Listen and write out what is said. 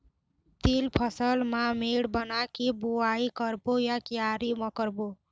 तील फसल ला मेड़ बना के बुआई करबो या क्यारी म करबो?